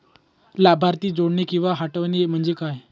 लाभार्थी जोडणे किंवा हटवणे, म्हणजे काय?